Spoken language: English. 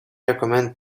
recommend